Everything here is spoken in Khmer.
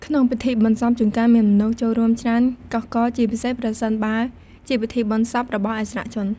ក្នុងពិធីបុណ្យសព ជួនកាលមានមនុស្សចូលរួមច្រើនកុះករ ជាពិសេសប្រសិនបើជាពិធីបុណ្យសពរបស់ឥស្សរជន។